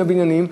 עם הבניינים,